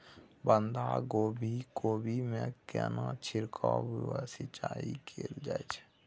बंधागोभी कोबी मे केना छिरकाव व सिंचाई कैल जाय छै?